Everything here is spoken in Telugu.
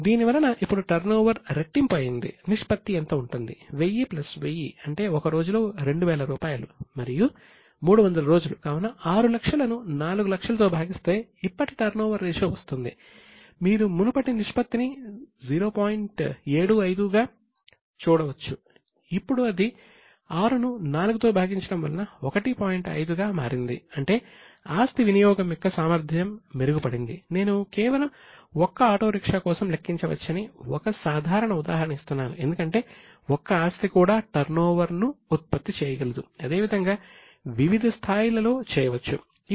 దీనివలన ఇప్పుడు టర్నోవర్ను ఉత్పత్తి చేయగలదు అదే విధంగా వివిధ స్థాయిలలో చేయవచ్చు